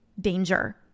danger